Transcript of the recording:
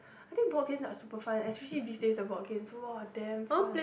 I think board games are super fun especially these days the board games !wah! damn fun